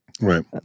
Right